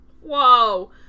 Whoa